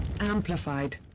Amplified